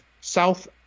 South